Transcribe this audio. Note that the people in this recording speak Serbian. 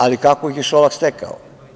Ali, kako ih je Šolak stekao?